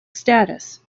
status